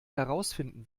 herausfinden